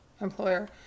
employer